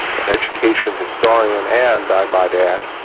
and education historian, and i might add,